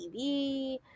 TV